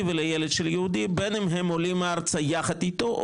ולילד של יהודי בן אם הם עולים ארצה יחד איתו,